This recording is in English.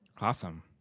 Awesome